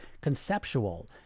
conceptual